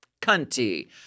cunty